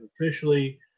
officially